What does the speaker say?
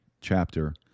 chapter